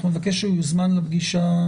אנחנו נבקש שהוא יוזמן לפגישה.